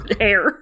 hair